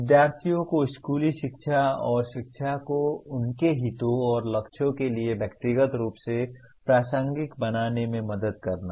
विद्यार्थियों को स्कूली शिक्षा और शिक्षा को उनके हितों और लक्ष्यों के लिए व्यक्तिगत रूप से प्रासंगिक बनाने में मदद करना